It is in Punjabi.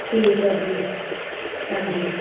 ਠੀਕ ਹੈ ਜੀ ਹਾਂਜੀ